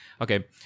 Okay